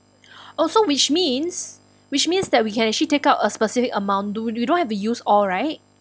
oh so which means which means that we can actually take out a specific amount do you don't have to use all right